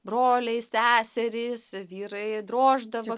broliai seserys vyrai droždavo